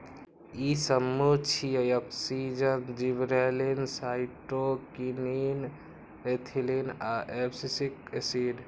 ई समूह छियै, auxin, gibberellin, cytokinin, ethylene आ एब्सिसिक एसिड